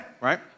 right